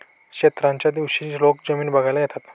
क्षेत्राच्या दिवशी लोक जमीन बघायला येतात